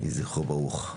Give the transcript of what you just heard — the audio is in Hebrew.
יהיה זכרו ברוך.